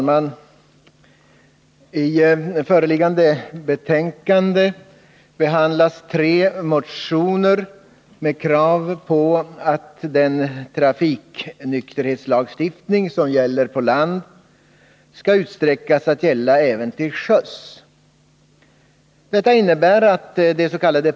Fru talman! I föreliggande betänkande behandlas tre motioner med krav på att den trafiknykterhetslagstiftning som gäller på land skall utsträckas att gälla även till sjöss. Detta innebär att des.k.